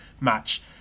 match